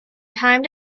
time